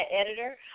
editor